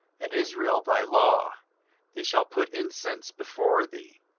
and israel thy law they shall put incense before thee,